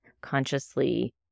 consciously